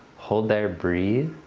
hold there, breathe.